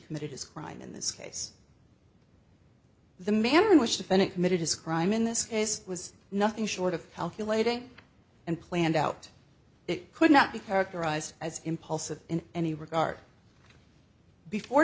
committed his crime in this case the manner in which defendant committed his crime in this case was nothing short of calculating and planned out it could not be characterized as impulsive in any regard before